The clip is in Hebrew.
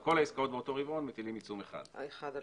על כל העסקות באותו רבעון מטילים עיצום כספי אחד.